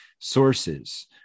sources